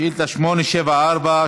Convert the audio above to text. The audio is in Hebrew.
שאילתה 874,